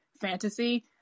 fantasy